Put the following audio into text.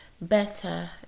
better